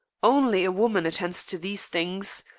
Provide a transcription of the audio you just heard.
only a woman attends to these things.